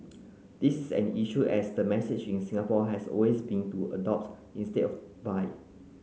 this is an issue as the message in Singapore has always been to adopt instead of buy